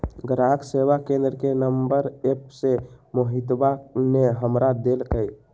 ग्राहक सेवा केंद्र के नंबर एप्प से मोहितवा ने हमरा देल कई